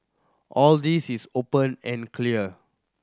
all this is open and clear